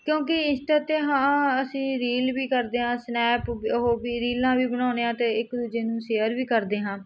ਕਿਉਂਕਿ ਇੰਸਟਾ 'ਤੇ ਹਾਂ ਅਸੀਂ ਰੀਲ ਵੀ ਕਰਦੇ ਹਾਂ ਸਨੈਪ ਉਹ ਵੀ ਰੀਲਾਂ ਵੀ ਬਣਾਉਂਦੇ ਹਾਂ ਅਤੇ ਇੱਕ ਦੂਜੇ ਨੂੰ ਸੇਅਰ ਵੀ ਕਰਦੇ ਹਾਂ